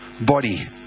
body